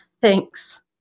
Thanks